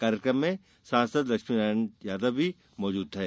कार्यक्रम में सांसद लक्ष्मीनारायण यादव भी मौजूद थे